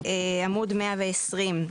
בעמוד 120,